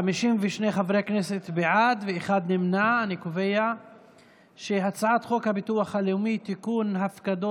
החולים, ואני פוגשת לא מעט מטפלים